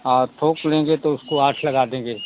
और थोक लेंगे तो उसको आठ लगा देंगे